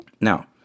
Now